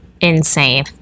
insane